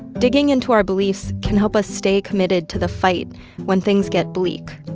digging into our beliefs can help us stay committed to the fight when things get bleak,